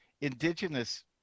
Indigenous